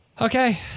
Okay